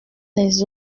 les